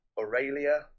aurelia